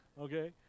Okay